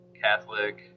Catholic